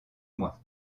mois